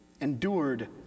endured